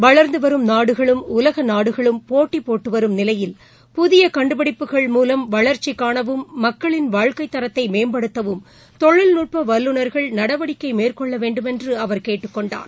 வளர்ந்துவரும் நாடுகளும் உலகநாடுகளும் போட்டிபோட்டுவரும் நிலையில் புதியகண்டுபிடிப்புகள் வளர்ச்சிகாணவும் வாழ்க்கைதரத்தைமேம்படுத்தவும் தொழில்நுட்பவல்லுநர்கள் மூலம் நடவடிக்கைமேற்கொள்ளவேண்டுமென்றுஅவர் கேட்டுக் கொண்டார்